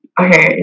Okay